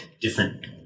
different